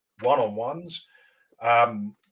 one-on-ones